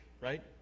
right